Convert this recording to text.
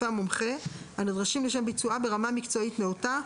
המומחה הנדרשים לשם ביצועה ברמה מקצועית נאותה,